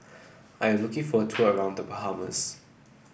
I am looking for a tour around The Bahamas